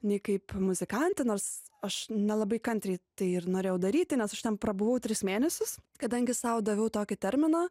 nei kaip muzikantė nors aš nelabai kantriai tai ir norėjau daryti nes aš ten prabuvau tris mėnesius kadangi sau daviau tokį terminą